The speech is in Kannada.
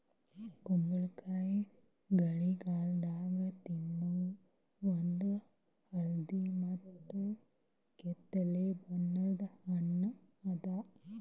ಕುಂಬಳಕಾಯಿ ಛಳಿಗಾಲದಾಗ ತಿನ್ನೋ ಒಂದ್ ಹಳದಿ ಮತ್ತ್ ಕಿತ್ತಳೆ ಬಣ್ಣದ ಹಣ್ಣ್ ಅದಾ